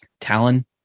Talon